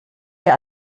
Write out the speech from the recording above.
wir